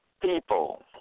people